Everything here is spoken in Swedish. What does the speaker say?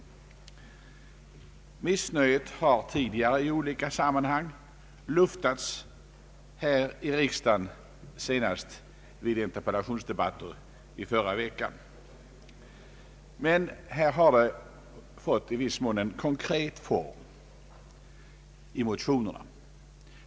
Missnöjet har tidigare i olika sammanhang luftats här i riksdagen, senast vid interpellationsdebatten i förra veckan. I motionerna har detta missnöje i viss mån fått en konkret form.